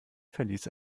verließ